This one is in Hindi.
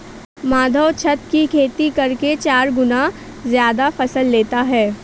माधव छत की खेती करके चार गुना ज्यादा फसल लेता है